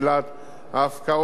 ההפקעות והאדמות,